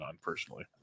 personally